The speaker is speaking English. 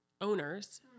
owners